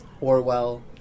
Orwell